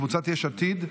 של קבוצת יש עתיד.